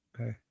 Okay